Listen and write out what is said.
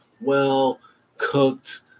well-cooked